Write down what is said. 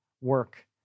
work